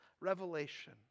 Revelation